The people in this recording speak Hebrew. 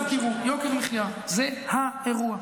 עכשיו תראו, יוקר מחיה זה האירוע,